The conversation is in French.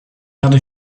quarts